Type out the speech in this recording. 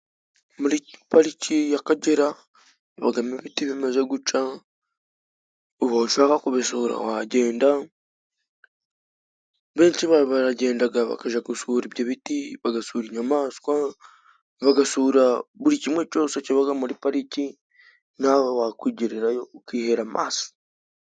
Muri pariki y'Akagera habamo ibiti bimeze gutya, ubu ushaka kubisura wagenda， benshi baragenda bakajya gushura ibyo biti, bagasura inyamaswa, bagasura buri kimwe cyose kiba muri Pariki, nawe wakwigererayo ukihera amaso.